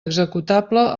executable